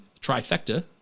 trifecta